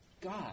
God